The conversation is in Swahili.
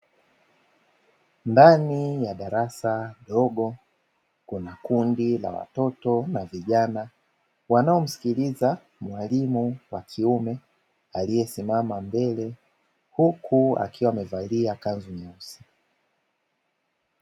Ndani ya darasa dogo kuna kundi la watoto na vijana wanao msikiliza mwalimu wa kiume aliyesimama mbele huku akiwa amevalia kanzu nyeusi.